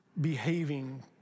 behaving